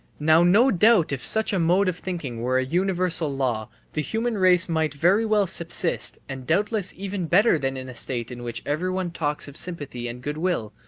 now no doubt if such a mode of thinking were a universal law, the human race might very well subsist and doubtless even better than in a state in which everyone talks of sympathy and good-will,